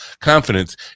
confidence